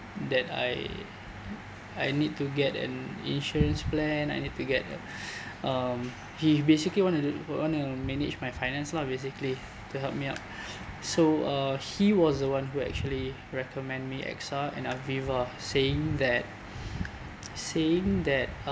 that I I need to get an insurance plan I need to get a um he basically wanted to wanted to manage my finance lah basically to help me out so uh he was the one who actually recommend me AXA and Aviva saying that saying that uh